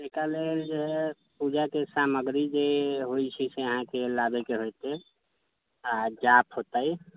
एकरा लेल जे हइ पूजाके सामग्री जे होइ छै से अहाँके लाबैके होतै आओर जाप होतै